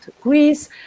Greece